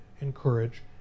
encourage